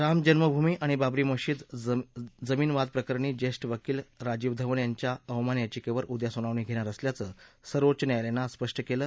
राम जन्मभूमी आणि बाबरी मशीद जमीन वाद प्रकरणी ज्येष्ठ वकील राजीव धवन यांच्या अवमान याचिकेवर उद्या सुनावणी घेणार असल्याचं सर्वोच्च न्यायालयानं आज स्पष्ट केलं